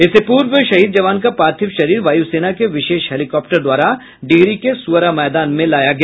इससे पूर्व शहीद जवान का पार्थिव शरीर वायुसेना के विशेष हेलीकाप्टर द्वारा डिहरी के सुअरा मैदान में लाया गया